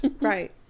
Right